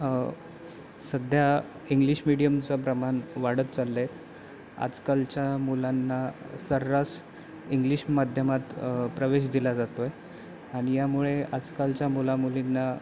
सध्या इंग्लिश मिडीयमचं प्रमाण वाढत चाललं आहे आजकालच्या मुलांना सर्रास इंग्लिश माध्यमात प्रवेश दिला जातो आहे आणि यामुळे आजकालच्या मुलामुलींना